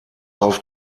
auf